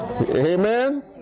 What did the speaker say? Amen